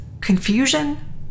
Confusion